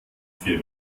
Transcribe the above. vier